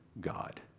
God